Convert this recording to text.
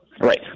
Right